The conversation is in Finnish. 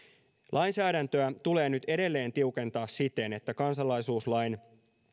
lainsäädäntöä tulee nyt edelleen tiukentaa siten että kansalaisuuslain